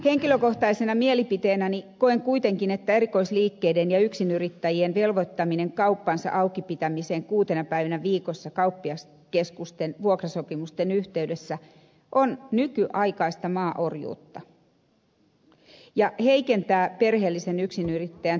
henkilökohtainen mielipiteeni on kuitenkin että erikoisliikkeiden yrittäjien ja yksinyrittäjien velvoittaminen kauppansa aukipitämiseen kuutena päivänä viikossa kauppiaskeskusten vuokrasopimusten yhteydessä on nykyaikaista maaorjuutta ja heikentää perheellisen yksinyrittäjän työhyvinvointia